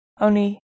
Only